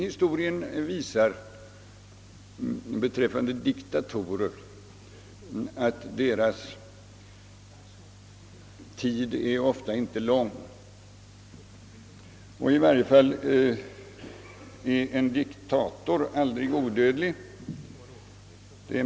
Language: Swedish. Historien visar att diktatorernas tid ofta inte är lång. I varje fall är en diktator aldrig odödlig.